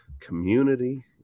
community